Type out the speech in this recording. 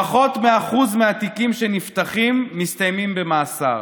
פחות מ-1% מהתיקים שנפתחים מסתיימים במאסר,